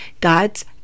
God's